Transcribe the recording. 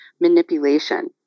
manipulation